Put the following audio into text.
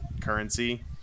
currency